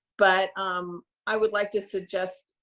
but um i would like to suggest,